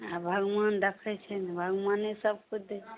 आ भगवान देखैत छै ने भगवाने सभ किछु देतै